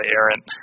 errant